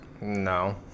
No